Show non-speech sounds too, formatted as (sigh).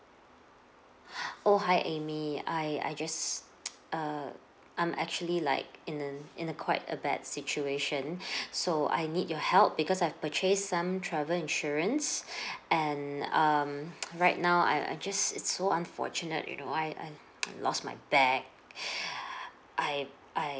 (breath) oh hi amy I I just (noise) err I'm actually like in an in a quite a bad situation (breath) so I need your help because I've purchase some travel insurance (breath) and um right now I I just it's so unfortunate you know I I I lost my bag (breath) I I